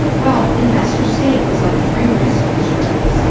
well, investor-state was like free risk insurance.